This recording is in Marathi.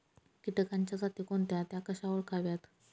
किटकांच्या जाती कोणत्या? त्या कशा ओळखाव्यात?